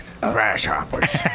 grasshoppers